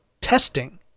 testing